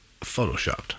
photoshopped